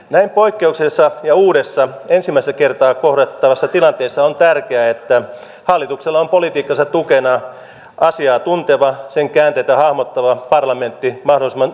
näin poikkeuksellisessa ja uudessa ensimmäistä kertaa kohdattavassa tilanteessa on tärkeää että hallituksella on politiikkansa tukena asiaa tunteva sen käänteitä hahmottava parlamentti mahdollisimman yksituumaisesti